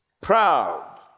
proud